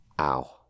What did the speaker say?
ow